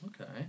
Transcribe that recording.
Okay